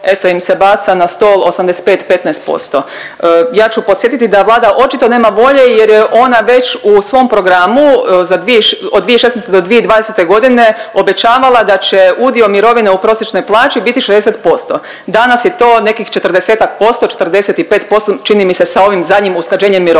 eto im se baca na stol 85, 15%. Ja ću podsjetiti da Vlada očito nema volje jer je ona već u svom programu od 2016. do 2020. godine obećavala da će udio mirovine u prosječnoj plaći biti 60%. Danas je to nekih 40-ak%, 45%, čini mi se sa ovim zadnjim usklađenjem mirovina.